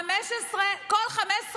כל 15 יום,